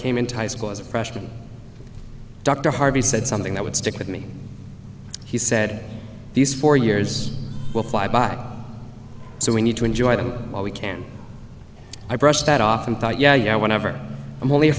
came into high school as a freshman dr harvey said something that would stick with me he said these four years will fly by so we need to enjoy them while we can i brushed that off and thought yeah yeah whatever i'm only a